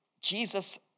Jesus